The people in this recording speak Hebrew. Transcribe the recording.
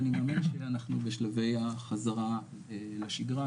ואני מאמין שאנחנו בשלבי החזרה לשגרה.